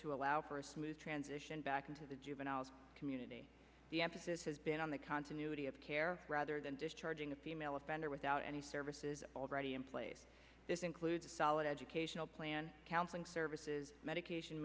to allow for a smooth transition back into the juveniles community the emphasis has been on the continuity of care rather than discharging a female offender without any services already in place this includes a solid educational plan counseling services medication